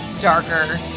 darker